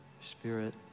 spirit